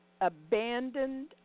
abandoned